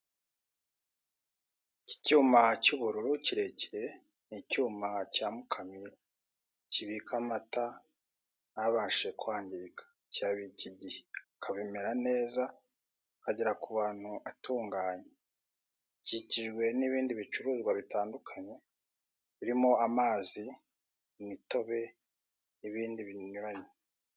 Iki cyuma cy'ubururu kirekire ni icyuma cya mukamira kibika amata ntabashe kwangirika. Kiyabika igihe akamera neza akagera ku bantu atunganye. Gikikijwe n'ibindi bicuruzwa bitandukanye birimo amazi, imitobe, n'ibindi binyuranye.